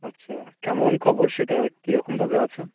আচ্ছা কেমন খবর সেটা কিরকমভাবে আছে